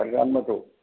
परेशान मत हो